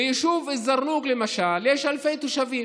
ביישוב א-זרנוק, למשל, יש אלפי תושבים.